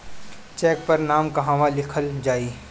Check पर नाम कहवा लिखल जाइ?